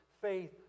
faith